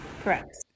Correct